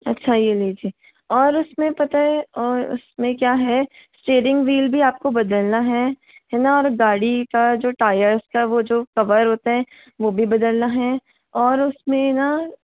अच्छा यह लीजिए और उसमें पता है और उसमें क्या है स्टेरिंग व्हील भी आपको बदलना हैं है न और गाड़ी का जो टायर वह जो कवर होता है वह भी बदलना हैं और उसमें न